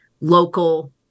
local